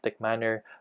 manner